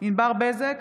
ענבר בזק,